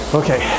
okay